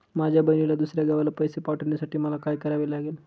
माझ्या बहिणीला दुसऱ्या गावाला पैसे पाठवण्यासाठी मला काय करावे लागेल?